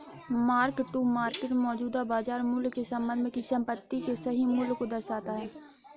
mark to market मौजूदा बाजार मूल्य के संबंध में किसी संपत्ति के सही मूल्य को दर्शाता है